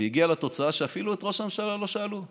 והגיעה לתוצאה שאת ראש הממשלה לא שאלו אפילו.